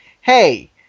hey